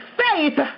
faith